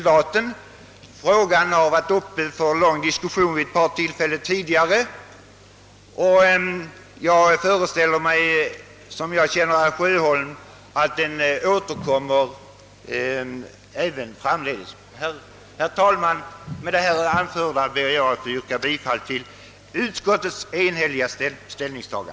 Den fråga han här tagit upp har diskuterats vid ett par tillfällen tidigare, men med min kännedom om herr Sjöholm föreställer jag mig att den återkommer även framdeles. Herr talman! Med det anförda ber jag att få yrka bifall till utskottets enhälliga hemställan.